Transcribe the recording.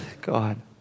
God